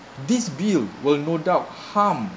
this bill will no doubt harm